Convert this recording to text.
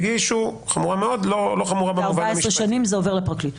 אחרי 14 שנים זה עובר לפרקליטות.